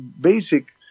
basic